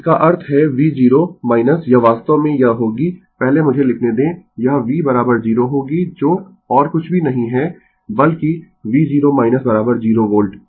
इसका अर्थ है v0 यह वास्तव में यह होगी पहले मुझे लिखने दें यह v 0 होगी जो और कुछ भी नहीं है बल्कि v0 0 वोल्ट